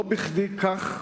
לא בכדי כך